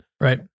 Right